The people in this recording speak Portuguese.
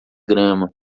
grama